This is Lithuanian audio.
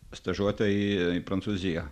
stažuotę į prancūziją